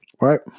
Right